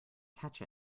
catch